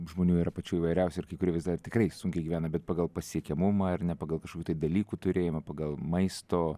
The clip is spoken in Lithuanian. žmonių yra pačių įvairiausių ir kai kurie vis dar tikrai sunkiai gyvena bet pagal pasiekiamumą ar ne pagal kažkokių tai dalykų turėjimą pagal maisto